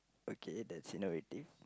okay that's innovative